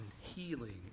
healing